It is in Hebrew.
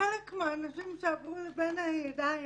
חלק מהאנשים שעברו לי בין הידיים